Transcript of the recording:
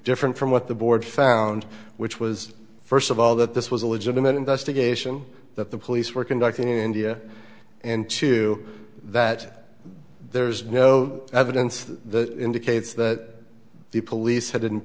different from what the board found which was first of all that this was a legitimate investigation that the police were conducting in india and to that there's no evidence that indicates that the police had